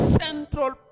central